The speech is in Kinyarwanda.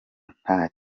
nta